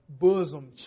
bosom